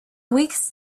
weeks